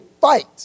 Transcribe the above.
fight